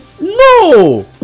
No